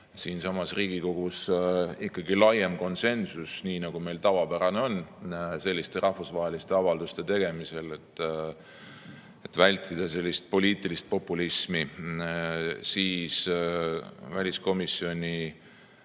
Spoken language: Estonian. siinsamas Riigikogus ikkagi laiem konsensus, nii nagu meil tavapärane on selliste rahvusvaheliste avalduste tegemisel, et vältida poliitilist populismi, olid väliskomisjoni